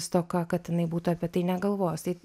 stoka kad jinai būtų apie tai negalvojus tai